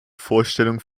vorstellung